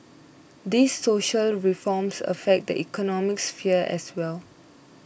these social reforms affect the economic sphere as well